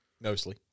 Mostly